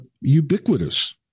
ubiquitous